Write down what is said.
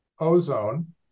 ozone